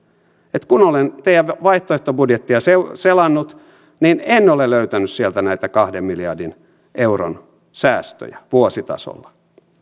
kun olen teidän vaihtoehtobudjettianne selannut niin en ole löytänyt sieltä näitä kahden miljardin euron säästöjä vuositasolla